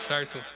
Certo